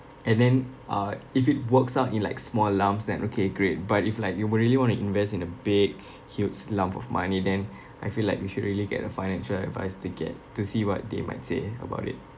and then uh if it works out in like small lumps then okay great but if like you were really want to invest in a big huge lump of money then I feel like you should really get a financial advice to get to see what they might say about it